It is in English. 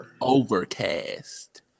Overcast